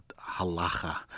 halacha